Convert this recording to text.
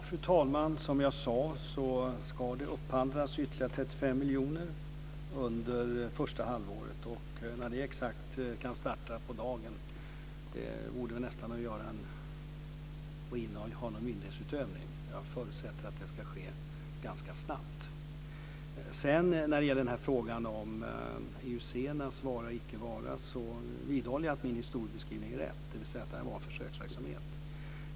Fru talman! Som jag sade ska det göras upphandling för ytterligare 35 miljoner under första halvåret. Det vore nästan myndighetsutövning om jag talade om exakt på dagen när det kan starta. Jag förutsätter att det ska ske ganska snabbt. Jag vidhåller att min historieskrivning är rätt i frågan om IUC-bolagens vara eller icke vara. Det var en försöksverksamhet.